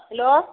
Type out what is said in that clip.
hello